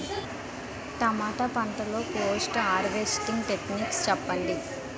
టమాటా పంట లొ post harvesting techniques చెప్పండి?